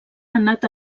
anat